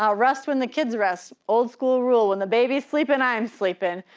ah rest when the kids rest. old school rule, when the baby's sleeping, i'm sleeping.